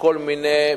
בכל מיני,